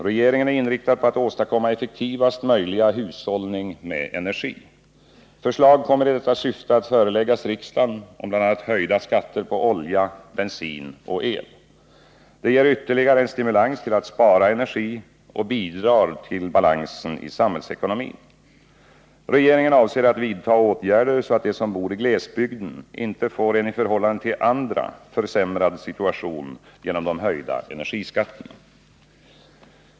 Regeringen är inriktad på att åstadkomma effektivaste möjliga hushållning med energi. Förslag kommer i detta syfte att föreläggas riksdagen om bl.a. höjda skatter på olja, bensin och el. Det ger ytterligare en stimulans till att spara energi och bidrar till balansen i samhällsekonomin. Regeringen avser att vidta åtgärder så att de som bor i glesbygden inte får en i förhållande till andra försämrad situation genom de höjda energiskatterna.